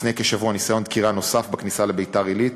לפני כשבוע ניסיון דקירה נוסף בכניסה לביתר-עילית,